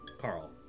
Carl